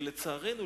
ולצערנו,